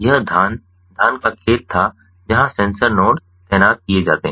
यह धान धान का खेत था जहां सेंसर नोड तैनात किए जाते हैं